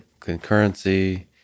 Concurrency